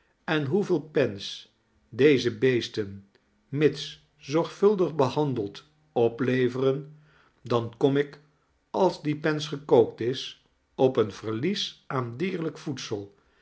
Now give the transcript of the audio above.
en hoeveel pens deze beesten mits zorgvuldig behandeld opleveren dan kom ik als die pens gekookt is op een verlies aan dierlijk voedsel